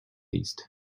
east